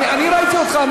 אני ראיתי אותך.